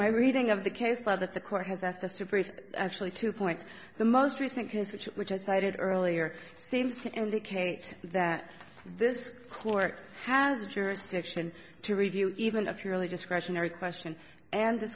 my reading of the case law that the court has asked us to present actually to point to the most recent case which which i cited earlier seems to indicate that this court has jurisdiction to review even if you really discretionary question and th